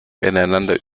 ineinander